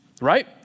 right